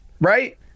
right